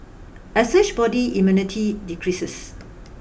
as such body immunity decreases